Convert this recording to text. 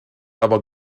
aber